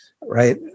right